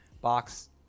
box